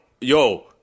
yo